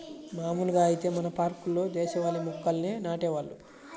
మాములుగా ఐతే మన పార్కుల్లో దేశవాళీ మొక్కల్నే నాటేవాళ్ళు